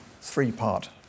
three-part